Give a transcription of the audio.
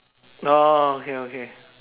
orh okay okay